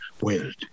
world